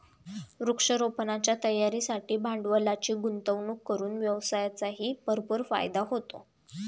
वृक्षारोपणाच्या तयारीसाठी भांडवलाची गुंतवणूक करून व्यवसायाचाही भरपूर फायदा होतो